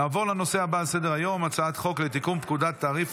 נעבור לנושא הבא על סדר-היום: הצעת חוק לתיקון פקודת תעריף